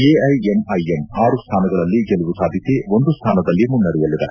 AIMIM ಆರು ಸ್ನಾನಗಳಲ್ಲಿ ಗೆಲುವು ಸಾಧಿಸಿ ಒಂದು ಸ್ನಾನದಲ್ಲಿ ಮುನ್ನಡೆಯಲ್ಲಿದೆ